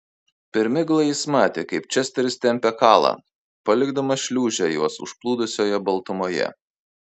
per miglą jis matė kaip česteris tempia kalą palikdamas šliūžę juos užplūdusioje baltumoje